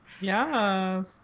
Yes